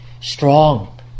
strong